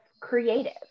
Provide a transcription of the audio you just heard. creative